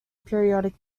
periodic